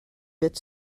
bit